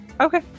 Okay